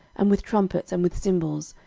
and with trumpets, and with cymbals,